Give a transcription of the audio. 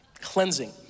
Cleansing